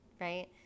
right